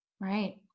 Right